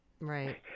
Right